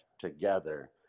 together